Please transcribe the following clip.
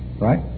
Right